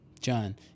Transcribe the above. John